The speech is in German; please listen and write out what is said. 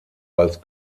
als